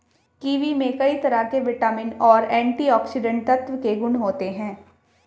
kiwi में कई तरह के विटामिन और एंटीऑक्सीडेंट तत्व के गुण होते है